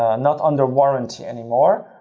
um not under warranty anymore,